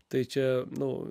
tai čia nu